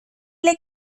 les